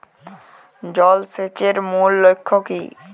জল সেচের মূল লক্ষ্য কী?